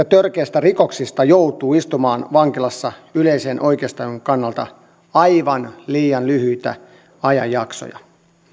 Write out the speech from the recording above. törkeistä rikoksista joutuu istumaan vankilassa yleisen oikeustajun kannalta aivan liian lyhyitä ajanjaksoja